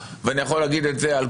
ואני יכול להגיד את זה כמובן על גיור,